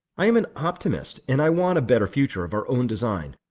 i am an optimist, and i want a better future of our own design.